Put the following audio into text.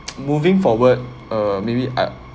moving forward uh maybe I